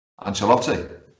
Ancelotti